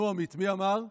נו, עמית, מי אמר?